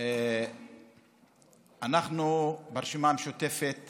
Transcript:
אנחנו ברשימה המשותפת